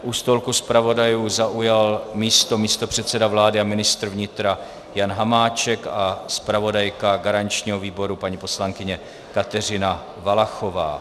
U stolku zpravodajů zaujal místo místopředseda vlády a ministr vnitra Jan Hamáček a zpravodajka garančního výboru paní poslankyně Kateřina Valachová.